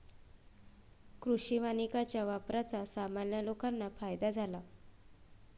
कृषी वानिकाच्या वापराचा सामान्य लोकांना फायदा झाला